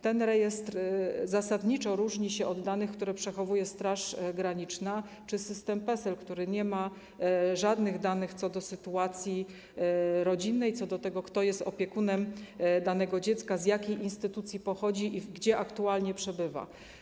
Ten rejestr zasadniczo różni się od danych, które przechowuje Straż Graniczna czy system PESEL, w którym nie ma żadnych danych co do sytuacji rodzinnej, co do tego, kto jest opiekunem danego dziecka, z jakiej instytucji pochodzi i gdzie aktualnie przebywa.